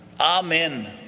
Amen